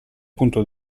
punto